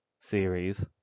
series